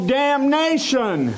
damnation